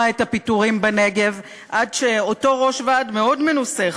את הפיטורים בנגב עד שאותו ראש ועד מאוד מנוסה,